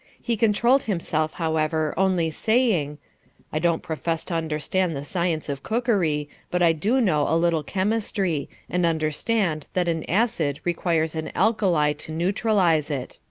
he controlled himself, however, only saying i don't profess to understand the science of cookery, but i do know a little chemistry, and understand that an acid requires an alkali to neutralize it.